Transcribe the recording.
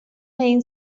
این